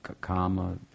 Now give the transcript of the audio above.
kama